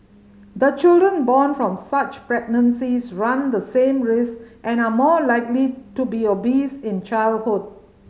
the children born from such pregnancies run the same risk and are more likely to be obese in childhood